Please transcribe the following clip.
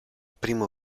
primo